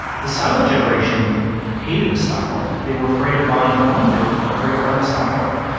the silent generation hated the stock market. they were afraid of buying homes. they were afraid of buying the stock market.